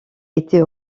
était